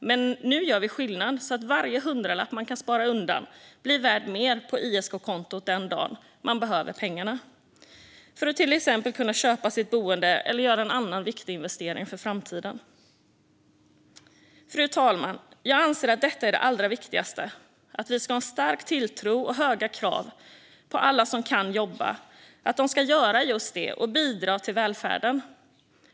Men nu gör vi skillnad så att varje hundralapp man kan spara undan blir värd mer på ISK-kontot den dag man behöver pengarna för att till exempel kunna köpa sitt boende eller göra en annan viktig investering för framtiden. Fru talman! Jag anser att detta är det allra viktigaste: Vi ska ha en stark tilltro och höga krav på alla som kan jobba när det gäller att de ska göra just det och bidra till välfärden.